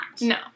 No